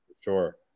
sure